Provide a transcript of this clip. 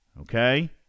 Okay